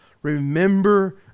Remember